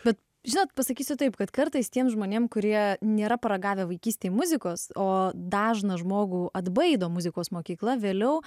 bet žinot pasakysiu taip kad kartais tiems žmonėms kurie nėra paragavę vaikystėje muzikos o dažną žmogų atbaido muzikos mokykla vėliau